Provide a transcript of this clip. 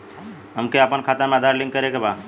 हमके अपना खाता में आधार लिंक करें के बा?